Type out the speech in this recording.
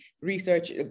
research